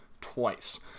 Twice